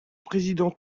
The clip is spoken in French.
président